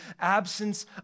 absence